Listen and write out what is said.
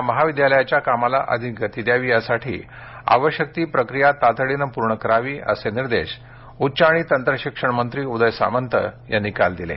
या महाविद्यालयाच्या कामाला अधिक गती द्यावी यासाठी आवश्यक ती प्रक्रिया तातडीने पूर्ण करावी असे निर्देश उच्च आणि तंत्र शिक्षण मंत्री उदय सामंत यांनी काल दिले